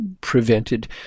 prevented